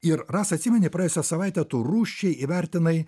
ir rasa atsimeni praėjusią savaitę tu rūščiai įvertinai